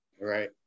right